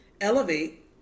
elevate